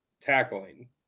tackling